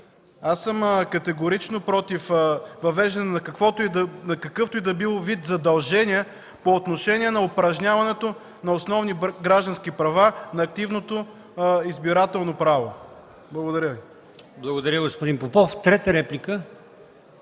Аз съм категорично против въвеждането на какъвто и да било вид задължения по отношение на упражняването на основни граждански права на активното избирателно право. Благодаря Ви. ПРЕДСЕДАТЕЛ АЛИОСМАН ИМАМОВ: Благодаря, господин Попов. Трета реплика?